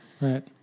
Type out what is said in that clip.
Right